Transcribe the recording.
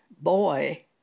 boy